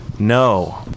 No